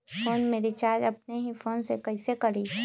Phone में recharge अपने ही फ़ोन से कईसे करी?